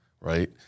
Right